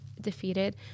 defeated